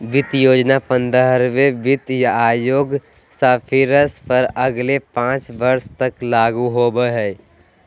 वित्त योजना पंद्रहवें वित्त आयोग के सिफारिश पर अगले पाँच वर्ष तक लागू होबो हइ